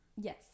Yes